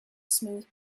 smooth